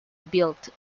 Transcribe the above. built